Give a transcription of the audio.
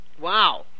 Wow